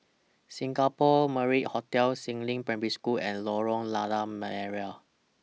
Singapore Marriott Hotel Si Ling Primary School and Lorong Lada Merah